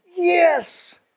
yes